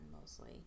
mostly